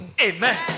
Amen